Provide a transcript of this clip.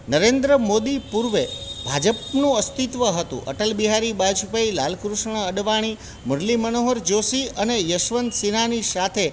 નરેન્દ્ર મોદી પૂર્વે ભાજપનું અસ્તિત્વ હતું અટલ બિહારી બાજપાઈ લાલ કૃષ્ણ અડવાણી મુરલી મનોહર જોશી અને યશવંત સિન્હાની સાથે